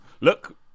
look